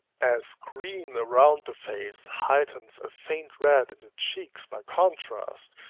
as green around the face heightens a faint red in the cheeks by contrast,